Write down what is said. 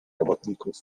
robotników